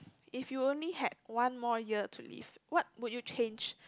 if you only had one more yar to live what would you change